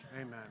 Amen